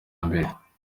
mbere